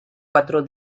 cuatro